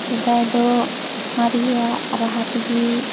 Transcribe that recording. ᱥᱮᱫᱟᱭ ᱫᱚ ᱢᱟᱨᱮᱭᱟᱜ ᱨᱟᱦᱟ ᱛᱮᱜᱮ